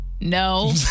No